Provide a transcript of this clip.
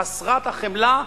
חסרת החמלה,